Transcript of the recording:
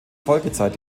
folgezeit